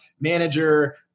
manager